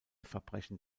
verbrechen